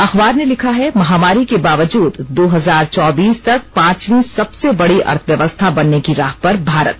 अखबार ने लिखा है महामारी के बावजूद दो हजार चौबीस तक पांचवीं सबसे बड़ी अर्थव्यवस्था बनने की राह पर भारत